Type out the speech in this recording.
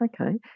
Okay